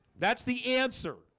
that's the answer.